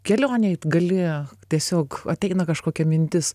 kelionėj gali tiesiog ateina kažkokia mintis